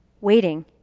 waiting